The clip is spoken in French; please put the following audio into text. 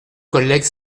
collègues